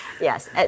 Yes